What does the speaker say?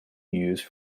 use